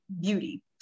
beauty